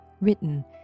written